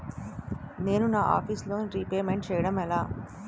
నేను నా office loan repayment చేయడం ఎలా?